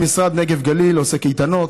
במשרד נגב-גליל הוא עושה קייטנות,